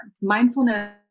Mindfulness